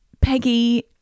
Peggy